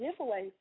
giveaways